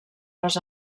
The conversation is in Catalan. les